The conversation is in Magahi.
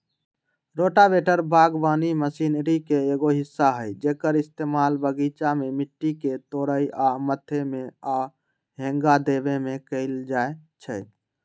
रोटावेटर बगवानी मशिनरी के एगो हिस्सा हई जेक्कर इस्तेमाल बगीचा में मिट्टी के तोराई आ मथे में आउ हेंगा देबे में कएल जाई छई